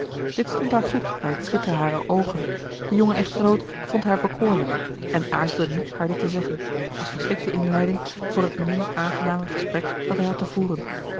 dit stond haar goed bij het schitteren harer oogen de jonge echtgenoot vond haar bekoorlijk en aarzelde niet haar dit te zeggen als geschikte inleiding voor het min aangename gesprek dat hij had te voeren